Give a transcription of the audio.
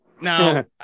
now